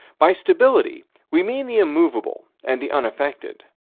by stability, we mean the immovable and the unaffected.